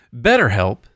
BetterHelp